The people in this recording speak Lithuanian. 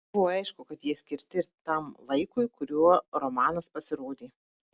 buvo aišku kad jie skirti ir tam laikui kuriuo romanas pasirodė